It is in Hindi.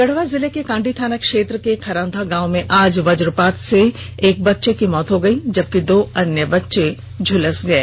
गढ़वा जिले के कांडी थाना क्षेत्र के खरौंधा गांव में आज वजपात से एक बच्चे की मौत हो गई जबकि दो बच्चे झलस गए